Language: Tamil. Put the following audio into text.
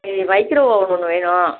மைக்ரோ ஓவன் ஒன்று வேணும்